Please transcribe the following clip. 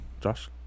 Josh